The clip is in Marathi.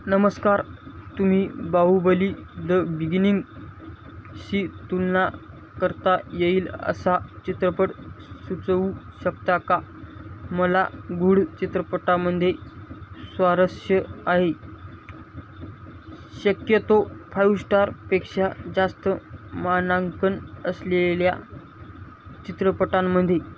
नमस्कार तुम्ही बाहुबली द बिगिनिंगशी तुलना करता येईल असा चित्रपट सुचवू शकता का मला गुढ चित्रपटामध्ये स्वारस्य आहे शक्यतो फायव स्टारपेक्षा जास्त मानांकन असलेल्या चित्रपटांमध्ये